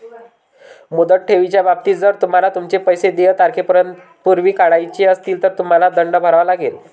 मुदत ठेवीच्या बाबतीत, जर तुम्हाला तुमचे पैसे देय तारखेपूर्वी काढायचे असतील, तर तुम्हाला दंड भरावा लागेल